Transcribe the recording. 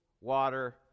water